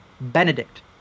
Benedict